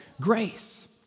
grace